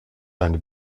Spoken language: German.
eine